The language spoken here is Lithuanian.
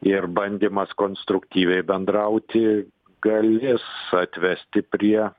ir bandymas konstruktyviai bendrauti galės atvesti prie